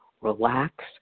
relax